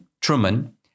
Truman